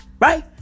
Right